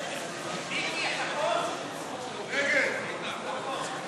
הצעת סיעת הרשימה המשותפת